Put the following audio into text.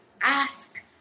ask